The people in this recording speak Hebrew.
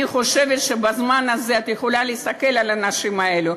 אני חושבת שבזמן הזה את יכולה להסתכל על האנשים האלה,